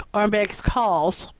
or making calls,